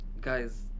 Guys